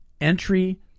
entry